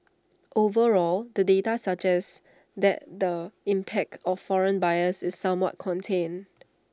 overall the data suggests that the impact of foreign buyers is somewhat contained